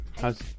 How's